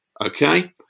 okay